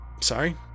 Sorry